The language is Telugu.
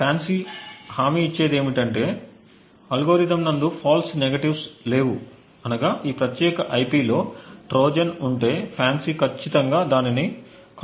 FANCI హామీ ఇచ్చేది ఏమిటంటే అల్గోరిథం నందు ఫాల్స్ నెగేటివ్స్ లేవు అనగా ఈ ప్రత్యేక IP లో ట్రోజన్ ఉంటే FANCI ఖచ్చితంగా దానిని కనుగొంటుంది